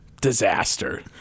Disaster